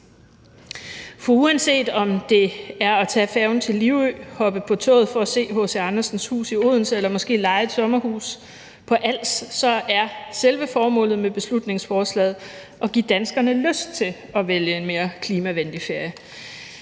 For uanset om det er at tage færgen til Livø, hoppe på toget for at se H.C. Andersens hus i Odense eller måske leje et sommerhus på Als, er selve formålet med beslutningsforslaget at give danskerne lyst til at vælge en mere klimavenlig ferie.